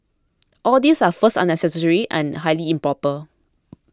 all these are first unnecessary and highly improper